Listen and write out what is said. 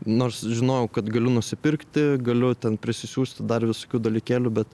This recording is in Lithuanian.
nors žinojau kad galiu nusipirkti galiu ten prisisiųsti dar visokių dalykėlių bet